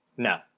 No